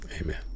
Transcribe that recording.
Amen